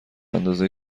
اندازه